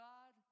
God